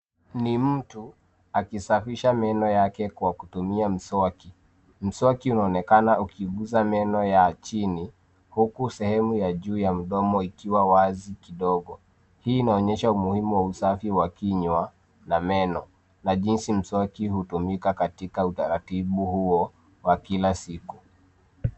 Ni mtu akisafisha meno yake kwa kutumia mswaki. Mswaki unaonekana ukiuguza meno ya chini huku sehemu ya juu ya mdomo ikiwa wazi kidogo. Hii inaonyesha umuhimu wa usafi wa kinywa na meno na jinsi mswaki hutumika katika utaratibu huo wa kila siku.